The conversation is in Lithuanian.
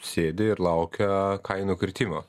sėdi ir laukia kainų kritimo